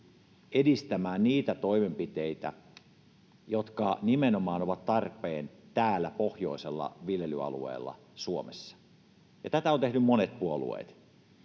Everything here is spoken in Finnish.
edistämään niitä toimenpiteitä, jotka nimenomaan ovat tarpeen täällä pohjoisella viljelyalueella, Suomessa. Tätä ovat tehneet monet puolueet,